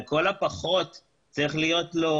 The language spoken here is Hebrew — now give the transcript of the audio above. לכל הפחות צריך להיות לו